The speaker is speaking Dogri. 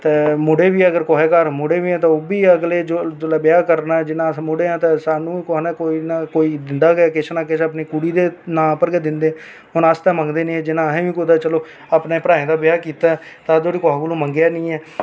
ते मुड़े बी अगर कुसै घर मुड़े बी ऐ न तां ओह् बी अगले जेल्लै ब्याह् करना ते जि'यां अस मुड़े आं ते स्हान्नूं बी कोई ना कोई दिंदा गै ऐ किश ना किश अपनी कुड़ी दे नां उप्पर गै दिंदे हून अस ते मंगदे निं ऐ जि'यां असें बी कुतै चलो अपने भ्राएं दा ब्याह् कीता ऐ ते असें कुसै कोलूं मंगेआ निं ऐ